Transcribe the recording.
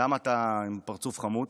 למה אתה עם פרצוף חמוץ?